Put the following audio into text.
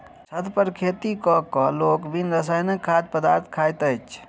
छत पर खेती क क लोक बिन रसायनक खाद्य पदार्थ खाइत अछि